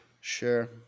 sure